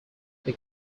they